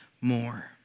more